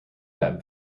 that